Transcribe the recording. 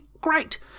great